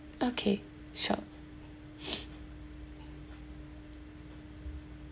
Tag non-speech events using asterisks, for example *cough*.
okay sure *noise*